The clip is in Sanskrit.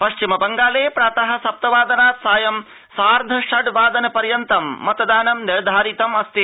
पश्चिम बंगाले प्रातः सप्तवादनात् सायं सार्थ षड् वादन पर्यन्तं मतदानं निर्धारितम् अस्ति